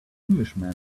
englishman